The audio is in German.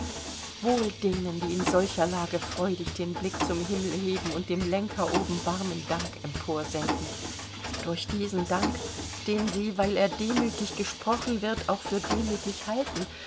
wohl denen die in solcher lage freudig den blick zum himmel heben und dem lenker oben warmen dank emporsenden durch diesen dank den sie weil er demütig gesprochen wird auch für demütig halten